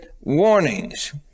warnings